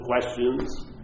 questions